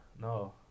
no